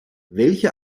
welche